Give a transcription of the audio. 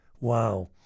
Wow